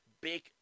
big